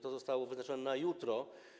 To zostało wyznaczone na jutro.